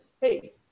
Hey